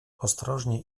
ostrożnie